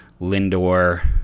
Lindor